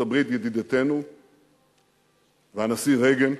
ארצות-הברית ידידתנו והנשיא רייגן.